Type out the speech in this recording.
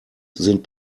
sind